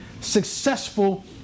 successful